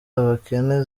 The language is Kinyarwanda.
abakene